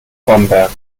bamberg